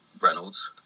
Reynolds